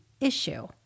issue